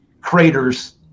craters